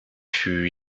fut